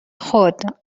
خود